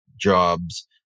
jobs